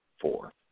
four